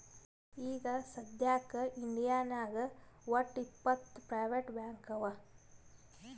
ಈಗ ಸದ್ಯಾಕ್ ಇಂಡಿಯಾನಾಗ್ ವಟ್ಟ್ ಇಪ್ಪತ್ ಪ್ರೈವೇಟ್ ಬ್ಯಾಂಕ್ ಅವಾ